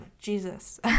Jesus